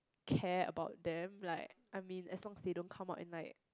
care about them like I mean as long they don't come out and like